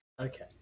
okay